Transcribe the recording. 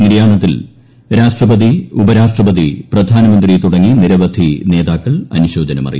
നിര്യാണത്തിൽ രാഷ്ട്രപത്വി ് ഉപ്പരാഷ്ട്രപതി പ്രധാനമന്ത്രി തുടങ്ങി നിരവധി നേതാക്കൂൾ അനുശോചനം അറിയിച്ചു